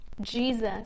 Jesus